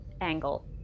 angle